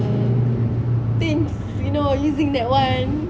things you know to open that one